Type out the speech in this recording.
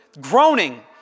groaning